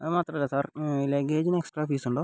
അത് മാത്രമല്ല സാർ ലഗേജിനു എക്സ്ട്രാ ഫീസുണ്ടോ